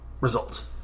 result